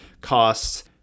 costs